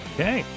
Okay